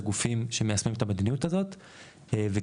הגופים שמיישמים את המדינות הזאת וככל,